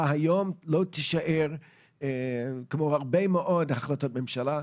היום לא תישאר כמו הרבה מאוד החלטות ממשלה,